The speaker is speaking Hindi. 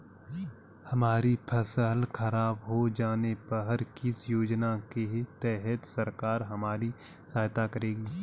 हमारी फसल खराब हो जाने पर किस योजना के तहत सरकार हमारी सहायता करेगी?